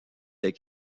des